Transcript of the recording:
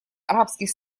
арабских